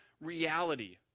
reality